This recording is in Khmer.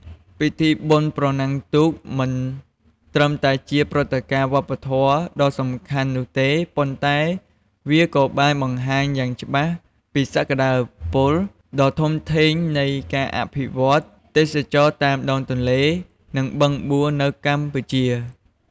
ពិធីបុណ្យប្រណាំងទូកមិនត្រឹមតែជាព្រឹត្តិការណ៍វប្បធម៌ដ៏សំខាន់នោះទេ ប៉ុន្តែវាក៏បានបង្ហាញយ៉ាងច្បាស់ពីសក្ដានុពលដ៏ធំធេងនៃការអភិវឌ្ឍទេសចរណ៍តាមដងទន្លេ និងបឹងបួនៅកម្ពុជា។